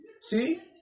see